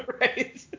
Right